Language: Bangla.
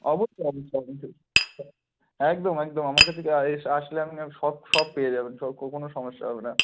অবশ্যই আপনি সবকিছু হ্যাঁ একদম একদম আমার কাছে আসলে আপনি সব সব পেয়ে যাবেন সব কোনো সমস্যা হবে না